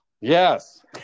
Yes